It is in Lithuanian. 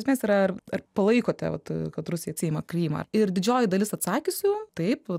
esmės yra ar palaikote va kad rusija atsiima krymą ir didžioji dalis atsakiusiųjų taip